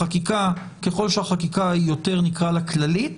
ככל שהחקיקה היא יותר כללית,